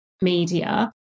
media